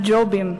על ג'ובים.